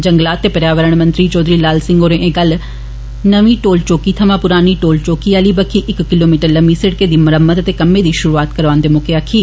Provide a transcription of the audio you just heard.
जंगलात ते पर्यावरण मंत्री चौधरी लाल सिंह होरें एह् गल्ल नमीं टोल चोकी थमां पुरानी टोल चोकी आली बक्खी इक किलोमीटर लम्मी सड़कै दी मरम्मत दे कम्मै दी शुरूआत करादे मौके आक्खी